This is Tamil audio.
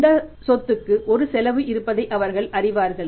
இந்த சொத்துக்கு ஒரு செலவு இருப்பதை அவர்கள் அறிவார்கள்